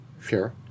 Sure